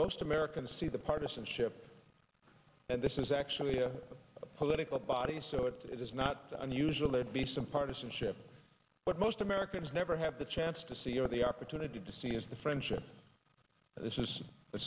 most americans see the partisanship and this is actually a political body so it's not unusual they'd be some partisanship but most americans never have the chance to see what the opportunity to see is the friendship this is a